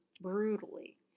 brutally